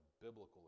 biblical